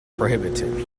prohibited